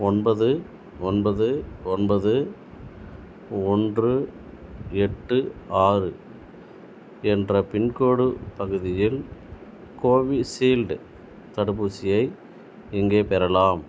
ஒன்பது ஒன்பது ஒன்பது ஒன்று எட்டு ஆறு என்ற பின்கோடு பகுதியில் கோவிஷீல்டு தடுப்பூசியை எங்கே பெறலாம்